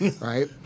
right